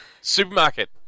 supermarket